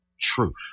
truth